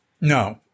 No